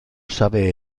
sabe